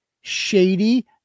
shady